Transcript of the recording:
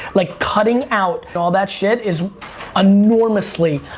like cutting out and all that shit is enormously,